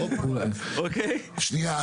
שנייה.